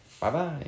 Bye-bye